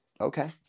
okay